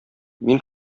мин